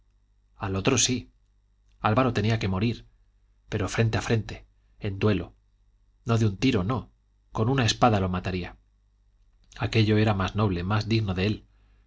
al otro sí álvaro tenía que morir pero frente a frente en duelo no de un tiro no con una espada lo mataría aquello era más noble más digno de él